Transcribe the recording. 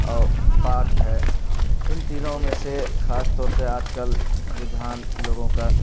اور پاٹھ ہے ان تینوں میں سے خاص طور سے آج کل رجحان لوگوں کا